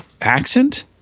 accent